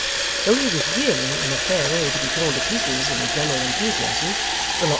though he was really in a fair way to be torn to pieces in the general enthusiasm,